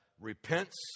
repents